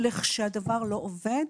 ולכשהדבר לא עובד,